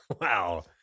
Wow